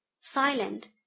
silent